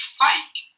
fake